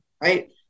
right